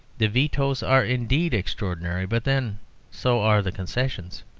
the vetoes are indeed extraordinary, but then so are the concessions.